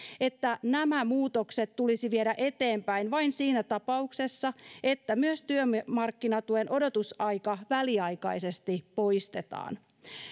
että nämä muutokset tulisi viedä eteenpäin vain siinä tapauksessa että myös työmarkkinatuen odotusaika väliaikaisesti poistetaan